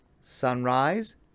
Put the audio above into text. sunrise